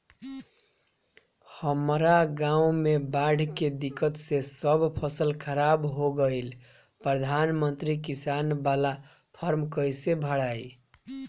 हमरा गांव मे बॉढ़ के दिक्कत से सब फसल खराब हो गईल प्रधानमंत्री किसान बाला फर्म कैसे भड़ाई?